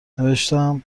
نوشتم